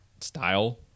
style